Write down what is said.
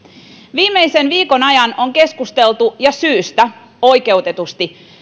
viimeisen viikon ajan on keskusteltu ja syystä oikeutetusti